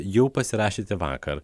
jau pasirašėte vakar